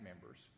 members